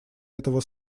этого